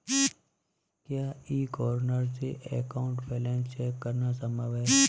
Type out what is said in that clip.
क्या e corner से account balance check करना संभव है?